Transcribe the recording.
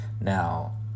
Now